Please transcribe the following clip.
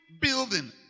building